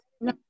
no